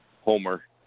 homer